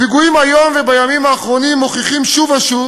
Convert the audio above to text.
הפיגועים היום ובימים האחרונים מוכיחים שוב ושוב